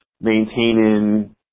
maintaining